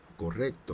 correcto